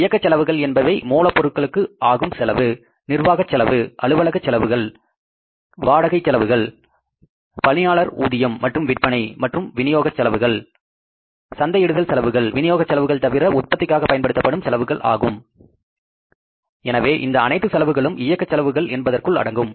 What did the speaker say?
இயக்க செலவுகள் என்பவை மூலப் பொருள்களுக்கு ஆகும் செலவு நிர்வாகச் செலவு அலுவலக வாடகை செலவுகள் பணியாளர்கள் ஊதியம் மற்றும் விற்பனை மற்றும் விநியோக செலவுகள் சந்தையிடுதல் செலவுகள் விநியோக செலவுகள் தவிர உற்பத்திக்காக பயன்படுத்தப்படும் செலவுகள் ஆகும் எனவே இந்த அனைத்து செலவுகளும் இயக்கச் செலவுகள் என்பதற்குள் அடங்கும்